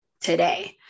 today